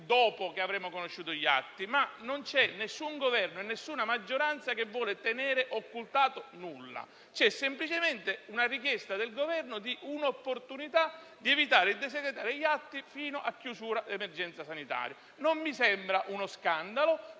dopo che avremo conosciuto gli atti. Nessun Governo e nessuna maggioranza vogliono tenere occultato nulla; c'è semplicemente una richiesta del Governo legata all'opportunità di evitare di desecretare gli atti fino alla conclusione dell'emergenza sanitaria. Non mi sembra uno scandalo;